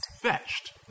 Fetched